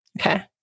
Okay